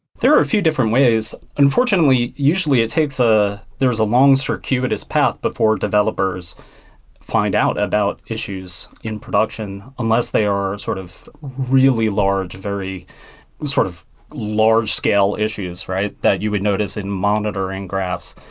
there are a few different ways. unfortunately, usually it takes ah there is a long circuitous path before developers find out about issues in production, unless they are sort of really large, very sort of large-scale issues that you would notice in monitoring graphs.